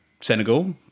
Senegal